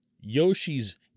Yoshi's